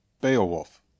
Beowulf